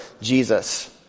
Jesus